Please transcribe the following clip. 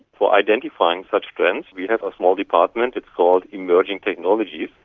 for identifying such strengths we have a small department, it's called emerging technologies.